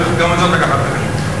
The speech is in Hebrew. גם זאת הכוונה שלי.